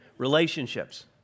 relationships